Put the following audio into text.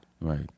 Right